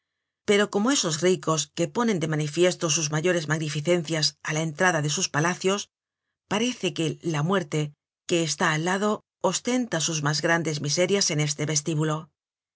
pero como esos ricos que ponen de manifiesto sus mayores magnificencias á la entrada de sus palacios parece que la muerte que está al lado ostenta sus mas grandes miserias en este vestíbulo